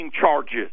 charges